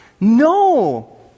No